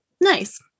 Nice